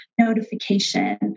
notification